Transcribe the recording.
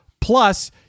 plus